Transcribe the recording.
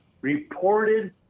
reported